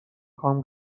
کام